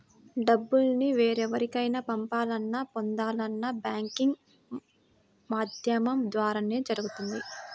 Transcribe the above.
డబ్బుల్ని వేరెవరికైనా పంపాలన్నా, పొందాలన్నా బ్యాంకింగ్ మాధ్యమం ద్వారానే జరుగుతుంది